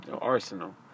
arsenal